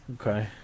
Okay